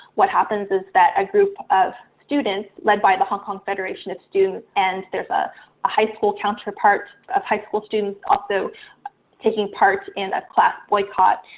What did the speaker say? what happens is that a group of students led by the hong kong federation of students, and there's a high school counterpart of high school students also taking part in a class boycott.